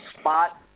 spot